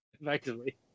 effectively